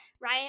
right